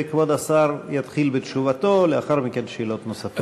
כבוד השר יתחיל בתשובתו, לאחר מכן, שאלות נוספות.